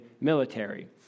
military